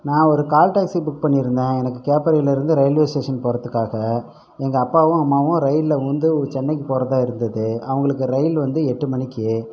நான் ஒரு call taxi book பண்ணியிருந்தேன் எனக்கு கேப்பறையிலேருந்து ரயில்வே ஸ்டேஷன் போகறதுக்காக எங்கள் அப்பாவும் அம்மாவும் ரயிலில் வந்து சென்னைக்கு போகிறதா இருந்தது அவுங்களுக்கு ரயில் வந்து எட்டு மணிக்கு